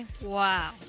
wow